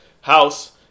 house